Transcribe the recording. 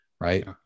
right